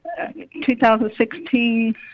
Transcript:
2016